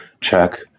check